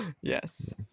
Yes